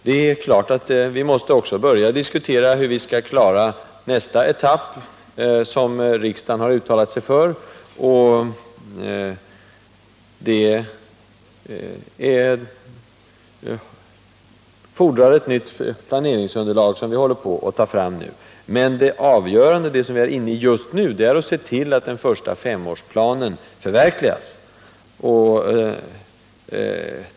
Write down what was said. Det är klart att vi också måste börja diskutera hur vi skall klara nästa etapp som riksdagen har uttalat sig för, och det fordrar det nya planeringsunderlag, som håller på att tas fram. Men det som vi är inne i just nu är att se till att den första femårsplanen förverkligas.